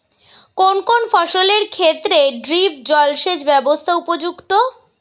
কোন কোন ফসলের ক্ষেত্রে ড্রিপ জলসেচ ব্যবস্থা উপযুক্ত?